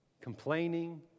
complaining